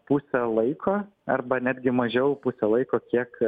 pusę laiko arba netgi mažiau pusę laiko kiek